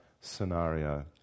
scenario